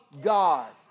God